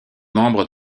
membres